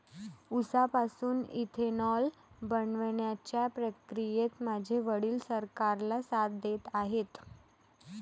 उसापासून इथेनॉल बनवण्याच्या प्रक्रियेत माझे वडील सरकारला साथ देत आहेत